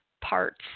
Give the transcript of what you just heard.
parts